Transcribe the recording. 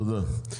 תודה.